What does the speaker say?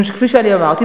משום שכפי שאני אמרתי,